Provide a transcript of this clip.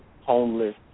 homeless